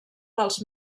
dels